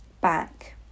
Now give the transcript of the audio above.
back